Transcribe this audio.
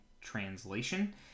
Translation